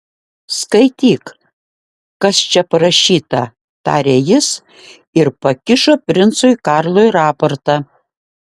skaityk kas čia parašyta tarė jis ir pakišo princui karlui raportą